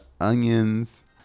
onions